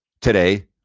today